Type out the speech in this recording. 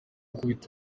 gukubita